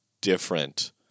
different